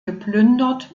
geplündert